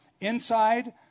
Inside